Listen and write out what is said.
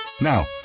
Now